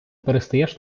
перестаєш